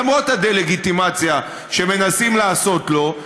למרות הדה-לגיטימציה שמנסים לעשות לו,